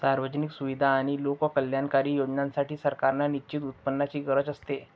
सार्वजनिक सुविधा आणि लोककल्याणकारी योजनांसाठी, सरकारांना निश्चित उत्पन्नाची गरज असते